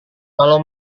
kalau